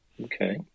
Okay